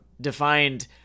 defined